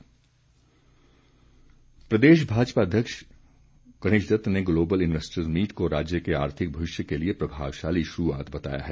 गणेशदत्त प्रदेश भाजपा उपाध्यक्ष गणेशदत्त ने ग्लोबल इन्वैस्टर्स मीट को राज्य के आर्थिक भविष्य के लिए प्रभावशाली शुरूआत बताया है